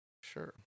Sure